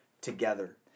together